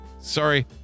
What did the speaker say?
Sorry